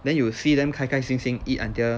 then you will see them 开开心心 eat until